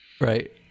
right